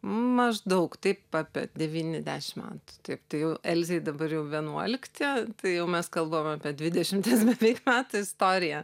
maždaug taip apie devyni dešim metų taip tai jau elzei dabar jau vienuolikti jau mes kalbam apie dvidešimties beveik metų istoriją